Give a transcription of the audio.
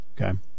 Okay